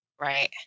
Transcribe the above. Right